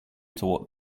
toward